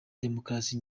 demokarasi